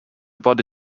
body